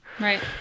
Right